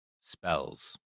spells